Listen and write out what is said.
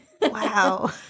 Wow